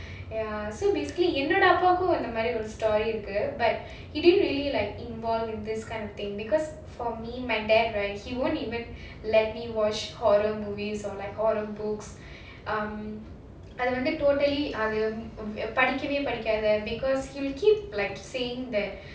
ya so basically என்னோட அப்பாகும் இந்த மாதிரி:ennoda appakum indha maadhiri story இருக்கு:irukku but he didn't really like involve in this kind of thing because for me my dad right he won't even let me watch horror movies or like horror books um அது வந்துathu vanthu totally அது படிக்கவே படிக்காத:adhu vandhu padikkavae padikkaadha because he will keep like saying that